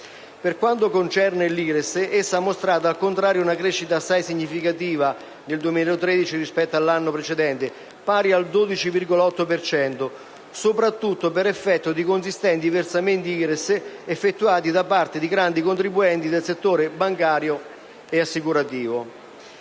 Per quanto concerne l'IRES, essa ha mostrato al contrario una crescita assai significativa nel 2013 rispetto all'anno precedente, pari al 12,8 per cento, soprattutto per effetto di consistenti versamenti IRES effettuati da parte di grandi contribuenti del settore bancario e assicurativo.